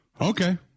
Okay